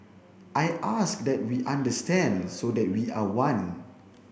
I ask that we understand so that we are one